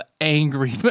angry